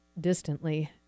distantly